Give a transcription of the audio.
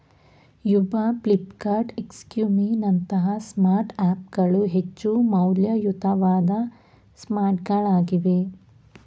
Uber, Flipkart, ಎಕ್ಸಾಮಿ ನಂತಹ smart app ಗಳು ಹೆಚ್ಚು ಮೌಲ್ಯಯುತವಾದ ಸ್ಮಾರ್ಟ್ಗಳಾಗಿವೆ